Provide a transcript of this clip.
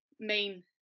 main